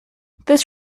this